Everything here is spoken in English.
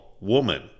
woman